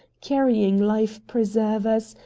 carrying life-preservers,